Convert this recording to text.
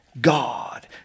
God